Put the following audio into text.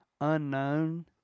unknown